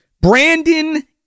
Brandon